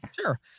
Sure